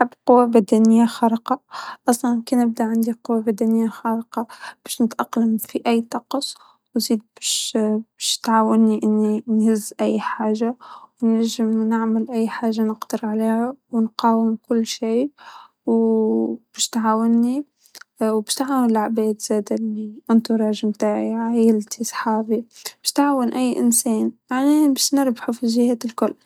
ما أعتقد إنه السؤال صحيح إنه القدرة على التحكم في الطقس أعتقد إنها يعني من قدرة الله عز وجل ،وما فينا إن إحنا نتناقش في هاي الجصص. ف وأنا ما آبي قوة بدنية خارقة، ويش أسوي فيها ،مو بعرف لا هادي ولا هادي ،لا ما بختار ولا شي.